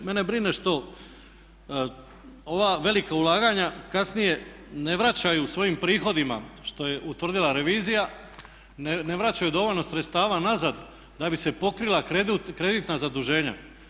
Mene brine što ova velika ulaganja kasnije ne vraćaju svojim prihodima što je utvrdila revizija, ne vraćaju dovoljno sredstava nazad da bi se pokrila kreditna zaduženja.